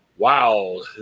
wow